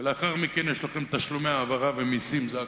ולאחר מכן יש לכם תשלומי העברה ומסים, זה הכול.